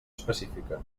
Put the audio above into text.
específica